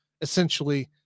essentially